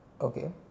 okay